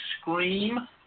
Scream